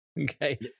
Okay